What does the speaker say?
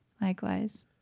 likewise